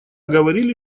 говорили